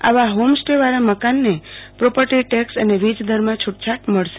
આવા હોમ સ્ટેવાળા મકાનને પ્રોપર્ટીટેક્ષ અને વીજદરમાં છુટછાટ મળશે